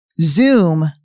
Zoom